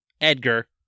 Edgar